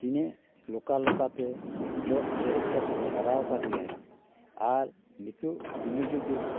ᱛᱤᱱᱟᱹᱜ ᱞᱚᱠᱟ ᱞᱚᱠᱟ ᱛᱮ ᱪᱚᱜ ᱪᱮᱨᱮᱡ ᱠᱟᱛᱮᱫ ᱮᱭ ᱦᱟᱨᱟ ᱟᱠᱟᱫᱮᱭᱟᱭ ᱟᱨ ᱱᱤᱛᱳᱜ ᱩᱱᱤ ᱡᱩᱫᱤ